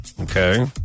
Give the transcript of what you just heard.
Okay